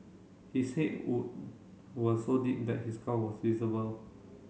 his head wound were so deep that his skull was visible